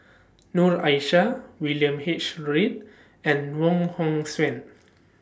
Noor Aishah William H Read and Wong Hong Suen